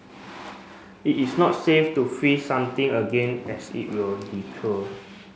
it is not safe to freeze something again as it will